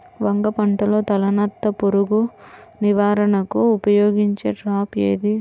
వంగ పంటలో తలనత్త పురుగు నివారణకు ఉపయోగించే ట్రాప్ ఏది?